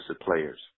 players